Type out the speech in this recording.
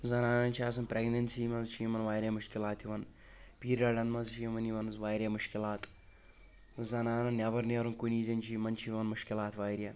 زنانن چھُ آسان پرٮ۪گنینسی منٛز چھُ یِمن واریاہ مُشکِلات یِوان پیٖرڈن منٛز چھُ یِمن یِوان واریاہ مُشکِلات زنانن نٮ۪بر نیرُن کُنی زٔنی چھُ یِمن چھ یِوان مُشکِلات واریاہ